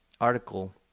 article